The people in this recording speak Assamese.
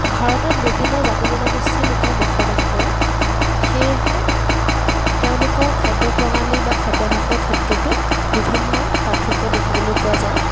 ভাৰতত বিভিন্ন জাতি জনগোষ্ঠীৰ লোকে বসবাস কৰে সেয়েহে তেওঁলোকৰ খাদ্য প্ৰণালী বা খাদ্যভ্যাসৰ ক্ষেত্ৰতো বিভিন্ন পাৰ্থক্য দেখিবলৈ পোৱা যায়